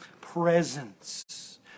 presence